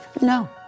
no